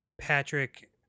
Patrick